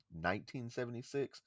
1976